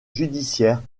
judiciaires